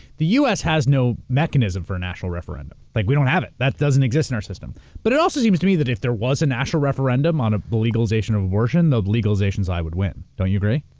the us has no mechanism for a national referendum, like we don't have it, that doesn't exist in our system but it also seems to me that if there was a national referendum on the legalization of abortion, the legalization side would win, don't you agree?